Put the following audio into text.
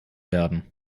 werden